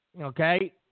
Okay